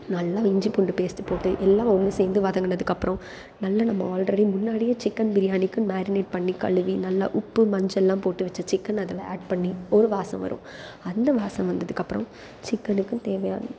நல்லா இஞ்சி பூண்டு பேஸ்ட் போட்டு எல்லாம் ஒன்று சேர்ந்து வதங்குனதுக்கப்புறம் நல்ல நம்ம ஆல்ரெடி முன்னாடியே சிக்கன் பிரியாணிக்கு மேரினெட் பண்ணி கழுவி நல்லா உப்பு மஞ்சள்லாம் போட்டு வச்ச சிக்கனை அதில் ஆட் பண்ணி ஒரு வாசம் வரும் அந்த வாசம் வந்ததுக்கப்புறம் சிக்கனுக்கும் தேவையான